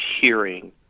hearing